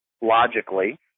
logically